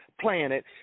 planet